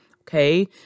Okay